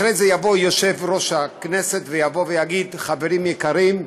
אחרי זה יושב-ראש הכנסת יבוא ויגיד: חברים יקרים,